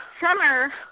Summer